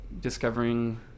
discovering